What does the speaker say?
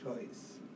choice